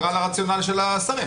על הרציונל של השרים.